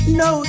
no